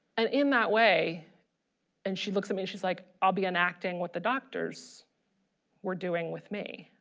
and in that way and she looks at me she's like i'll be enacting what the doctors were doing with me